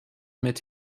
mit